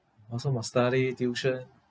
also must study tuition